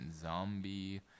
Zombie